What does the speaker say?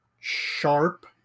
sharp